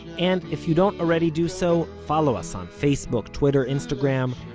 and if you don't already do so, follow us on facebook, twitter, instagram,